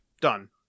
Done